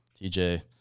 TJ –